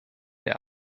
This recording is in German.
der